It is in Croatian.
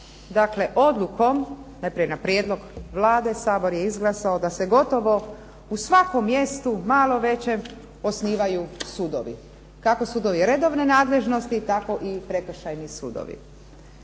dakle odlukom, najprije na prijedlog Vlade Sabor je izglasao da se gotovo u svakom mjestu malo većem osnivaju sudovi. Kako sudovi redovne nadležnosti tako i prekršajni sudovi.